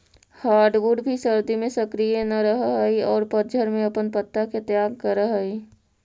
hardwood भी सर्दि में सक्रिय न रहऽ हई औउर पतझड़ में अपन पत्ता के त्याग करऽ हई